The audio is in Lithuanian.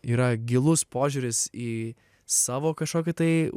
yra gilus požiūris į savo kažkokį tai